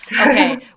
Okay